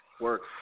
Work